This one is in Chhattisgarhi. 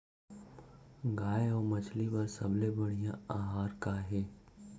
गाय अऊ मछली बर सबले बढ़िया आहार का हे?